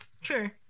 Sure